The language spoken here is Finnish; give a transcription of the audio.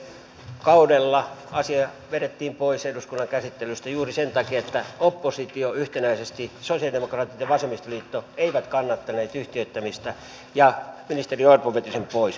viime kaudella asia vedettiin pois eduskunnan käsittelystä juuri sen takia että oppositio yhtenäisesti sosialidemokraatit ja vasemmistoliitto eivät kannattaneet yhtiöittämistä ja ministeri orpo veti sen pois